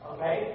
Okay